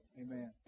Amen